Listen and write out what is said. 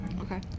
Okay